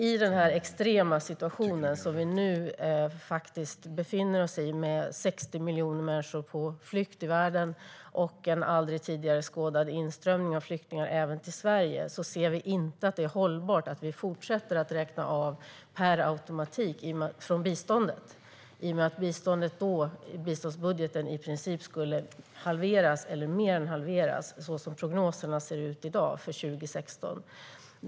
I den extrema situation vi nu befinner oss i med 60 miljoner människor på flykt i världen och en aldrig tidigare skådad inströmning av flyktingar även till Sverige ser vi inte att det är hållbart att fortsätta att räkna av per automatik från biståndet. Då skulle biståndet i princip halveras eller mer än halveras i biståndsbudgeten, så som prognoserna ser ut i dag för 2016.